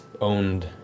owned